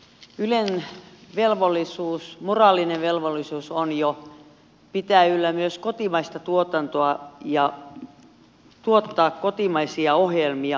jo ylen moraalinen velvollisuus on pitää yllä myös kotimaista tuotantoa ja tuottaa kotimaisia ohjelmia